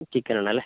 chicken ആണല്ലേ